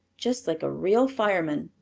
just like a real fireman.